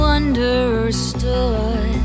understood